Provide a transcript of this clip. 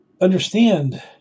understand